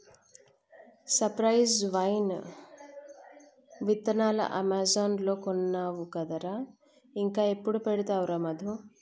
cypress vine విత్తనాలు Amazon లో కొన్నావు కదరా ఇంకా ఎప్పుడు పెడతావురా మధు